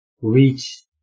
reach